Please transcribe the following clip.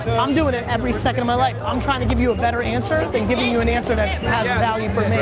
i'm um doing it every second of my life. i'm trying to give you a better answer than giving you an answer that has value for me.